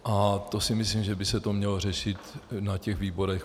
A to si myslím, že by se mělo řešit na těch výborech.